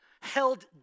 held